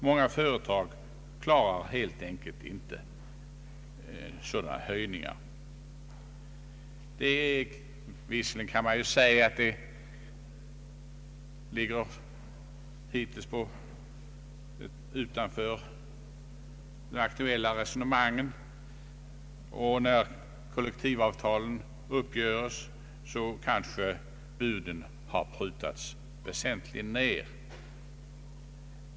Många företag klarar helt enkelt inte sådana höjningar. Visserligen kan man säga att detta hittills ligger utanför de aktuella resonemangen, och när kollektivavtalen uppgöres kanske buden har prutats ned väsentligen.